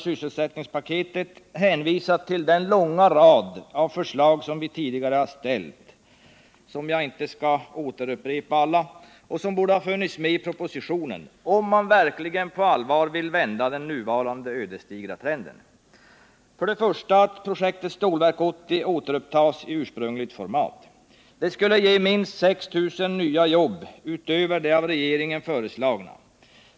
sysselsättningspaketet, hänvisat till den långa rad av förslag som vi tidigare ställt och som jag inte skall upprepa men som borde ha funnits med i propositionen, om man verkligen på allvar vill vända den nuvarande ödesdigra trenden. Vårt första förslag är att projektet Stålverk 80 återupptas i ursprungligt format. Det skulle ge minst 6 000 nya jobb utöver de av regeringen föreslagna.